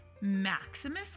Maximus